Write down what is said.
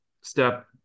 step